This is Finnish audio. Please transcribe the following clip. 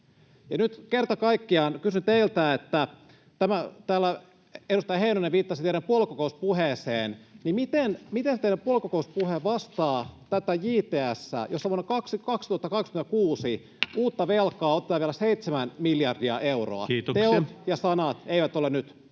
nyt kerta kaikkiaan kysyn teiltä — täällä edustaja Heinonen viittasi teidän puoluekokouspuheeseenne — miten teidän puoluekokouspuheenne vastaa tätä JTS:ää, jossa vuonna 2026 uutta velkaa otetaan seitsemän miljardia euroa. Teot ja sanat eivät ole nyt…